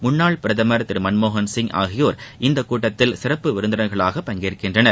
முன்னாள் பிரதமர் திரு மன்மோகன் சிங் ஆகியோர் இக்கூட்டத்தில் சிறப்பு விருந்தினர்களாக பங்கேற்கின்றனர்